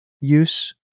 use